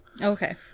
okay